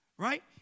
Right